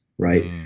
right?